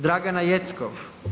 Dragana Jeckov.